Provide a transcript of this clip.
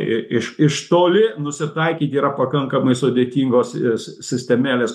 i iš iš toli nusitaikyt yra pakankamai sudėtingos ės sistemėlės